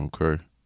Okay